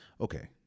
Okay